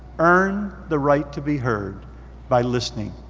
earn the right to be heard by listening.